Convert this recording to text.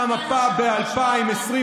והמפה ב-2021.